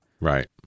Right